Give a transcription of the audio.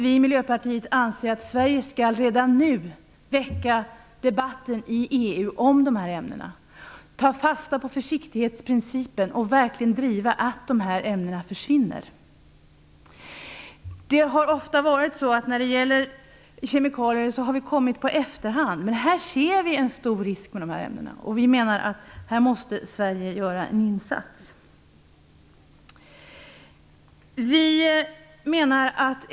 Vi i Miljöpartiet anser att Sverige redan nu skall väcka debatten om dessa ämnen i EU. Vi skall ta fasta på försiktighetsprincipen och verkligen driva på så att dessa ämnen försvinner. När det gäller kemikalier har det ofta varit så att vi har kommit i efterhand. Men vi ser en stor risk med dessa ämnen. Vi menar att Sverige måste göra en insats här.